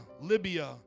Libya